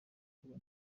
kuba